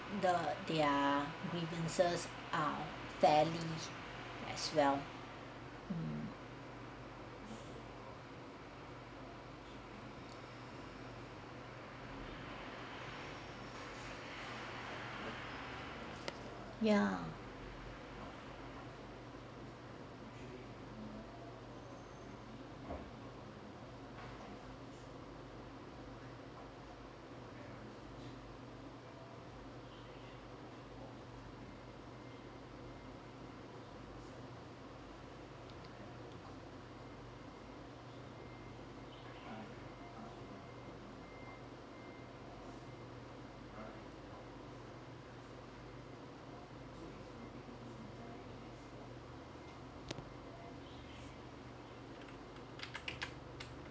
the their grievances ah fairly as well hmm ya